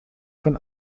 von